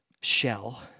shell